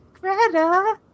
Greta